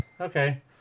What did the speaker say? Okay